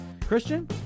Christian